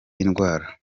indwara